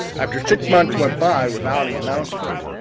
after six months went by without an announcement,